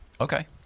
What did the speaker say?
Okay